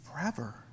forever